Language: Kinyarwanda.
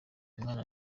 mwana